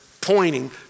pointing